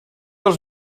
els